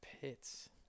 pits